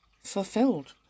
fulfilled